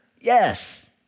Yes